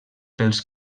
pels